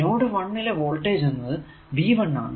node 1 ലെ voltage എന്നത് V 1 ആണ്